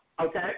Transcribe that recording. Okay